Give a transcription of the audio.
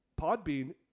Podbean